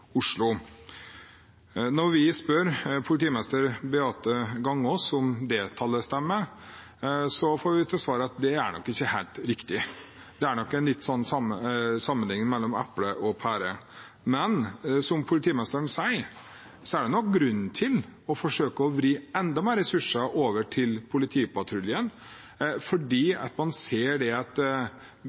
Oslo. Når vi spør politimester Beate Gangås om tallet stemmer, får vi til svar at det nok ikke er helt riktig. Det er nok litt som en sammenligning mellom epler og pærer. Men som politimesteren sier, er det nok grunn til å forsøke å vri enda mer ressurser over til politipatruljen fordi man ser at bildet er i endring. Når ungdomskriminaliteten går opp, som den har gjort i Oslo, er det